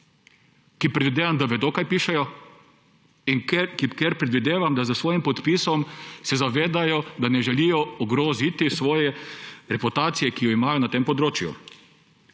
ki predvidevam, da vedo, kaj pišejo, in ker predvidevam, da se s svojim podpisom zavedajo, da ne želijo ogroziti svoje reputacije, ki jo imajo na tem področju.